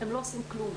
הם לא עושים כלום.